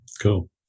Cool